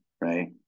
Right